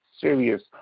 serious